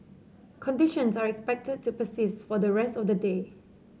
conditions are expected to persist for the rest of the day